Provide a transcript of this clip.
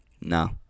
no